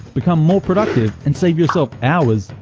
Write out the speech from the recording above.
become more productive and save yourself hours,